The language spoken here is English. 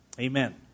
Amen